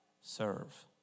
Serve